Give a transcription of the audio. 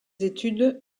études